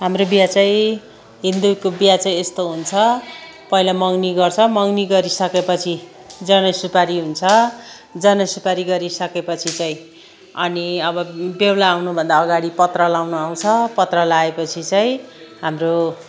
हाम्रो बिहे चाहिँ हिन्दूको बिहे चाहिँ यस्तो हुन्छ पहिला मगनी गर्छ मगनी गरिसकेपछि जनै सुपारी हुन्छ जनै सुपारी गरिसकेपछि चाहिँ अनि अब बेहुला आउनुभन्दा अगाडि पत्र लाउनु आउँछ पत्र लाएपछि चाहिँ हाम्रो